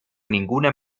ninguna